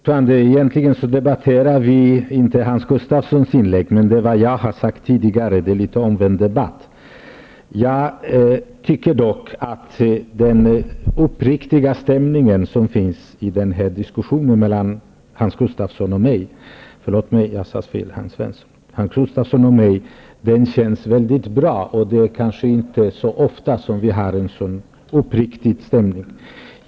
Herr talman! Egentligen debatterar vi inte Hans Gustafssons inlägg utan det jag har sagt tidigare. Det är en något omvänd debatt. Jag tycker dock att den uppriktiga stämning som finns i denna diskussion mellan Hans Gustafsson och mig känns mycket bra. Vi har nog inte så ofta en sådan uppriktig stämning.